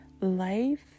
life